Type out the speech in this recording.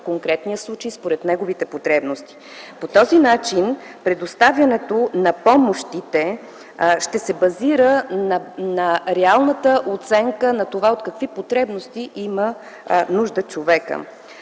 конкретния случай, според неговите потребности. По този начин предоставянето на помощите ще се базира на реалната оценка на това от какви потребности има нужда човека.